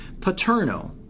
Paterno